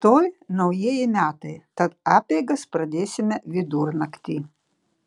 rytoj naujieji metai tad apeigas pradėsime vidurnaktį